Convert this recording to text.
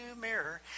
mirror